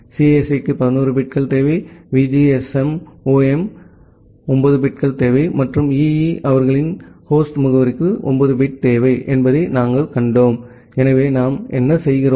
சிஎஸ்இக்கு 11 பிட்கள் தேவை விஜிஎஸ்ஓஎம் 9 பிட்கள் தேவை மற்றும் ஈஇ அவர்களின் ஹோஸ்ட் முகவரிக்கு 9 பிட் தேவை என்பதை நாங்கள் கண்டோம்